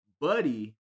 Buddy